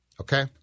okay